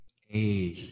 hey